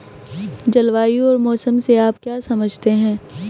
जलवायु और मौसम से आप क्या समझते हैं?